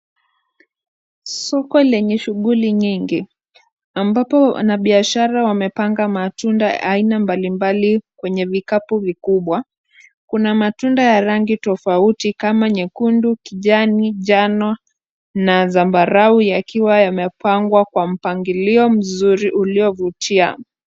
Soko lenye shughuli nyingi ambapo wanabiashara wamepanga matunda ya aina mbalimbali kwenye vikapu vikubwa. Kuna matunda ya rangi tofauti kama nyekundu, kijani, jano, na zambarau yakiwa yamepangwa kwa mpangilio mzuri uliovutia.